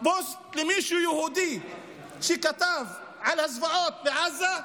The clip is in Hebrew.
פוסט של מישהו יהודי שכתב על הזוועות בעזה.